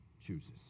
chooses